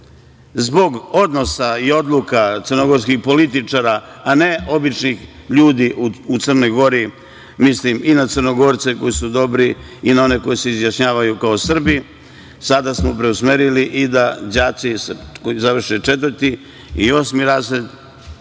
Zbog odnosa i odluka crnogorskih političara, a ne običnih ljudi u Crnoj Gori, mislim i na Crnogorce koji su dobri i na one koji se izjašnjavaju kao Srbi, sada smo preusmerili i da đaci koji završe četvrti i osmi razred